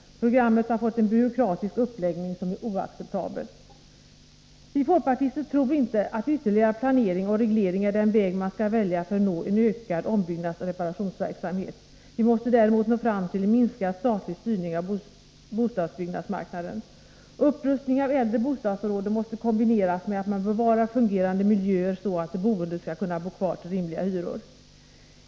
Programmet har fått en byråkratisk uppläggning som är oacceptabel. Vi folkpartister tror inte att ytterligare planering och reglering är den väg man skall välja för att nå en ökad ombyggnadsoch reparationsverksamhet. Vi måste däremot nå fram till minskad statlig styrning av bostadsbyggnadsmarknaden. Upprustning av äldre bostadsområden måste kombineras med att man bevarar fungerande miljöer så att de boende skall kunna bo kvar till rimliga hyror.